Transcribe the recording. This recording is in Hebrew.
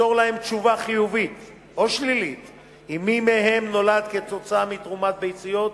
למסור להם תשובה חיובית או שלילית אם מי מהם נולד כתוצאה מתרומת ביציות,